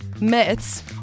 myths